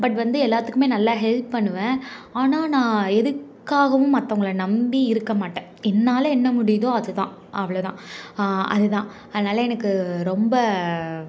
but வந்து எல்லாத்துக்கும் நல்லா ஹெல்ப் பண்ணுவேன் ஆனால் நான் எதுக்காகவும் மத்தவங்கள நம்பி இருக்க மாட்டேன் என்னால் என்ன முடியுதோ அதுதான் அவ்வளோதான் அதுதான் அதனால எனக்கு ரொம்ப